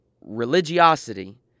religiosity